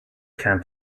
camp